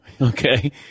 okay